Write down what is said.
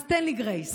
אז תן לי גרייס.